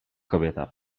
kobieta